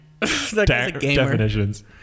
definitions